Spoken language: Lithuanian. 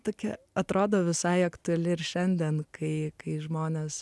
tokia atrodo visai aktuali ir šiandien kai kai žmonės